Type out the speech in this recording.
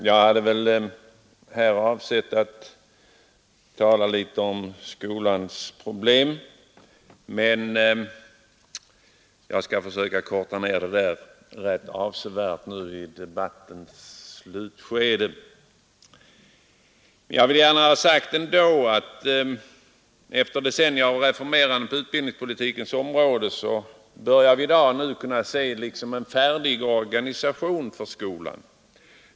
Fru talman! Jag hade avsett att tala litet om skolans problem, men jag skall försöka korta ned mitt anförande avsevärt nu i debattens slutskede. Efter decennier av reformerande på utbildningspolitikens område börjar vi i dag se en färdig organisation för skolan.